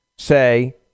say